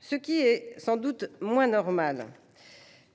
Ce qui est sans doute moins normal,